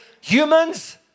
humans